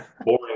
Boring